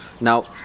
Now